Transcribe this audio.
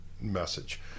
message